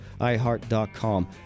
iHeart.com